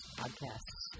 podcasts